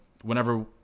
whenever